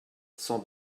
cent